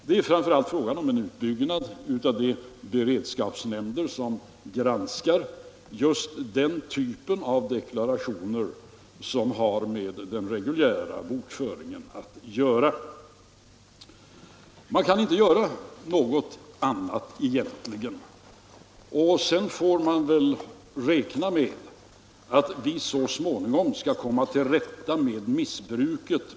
Det är framför allt fråga om en utbyggnad av de beredskapsnämnder som granskar den typ av deklarationer som har med den reguljära bokföringen att göra. Man kan egentligen inte göra något annat. Sedan får vi hoppas att vi så småningom på tillämpningsområdet skall kunna komma till rätta med missbruket.